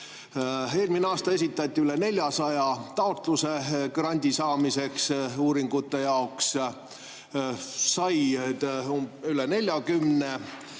Eelmisel aastal esitati üle 400 taotluse grandi saamiseks uuringute jaoks, selle said üle 40.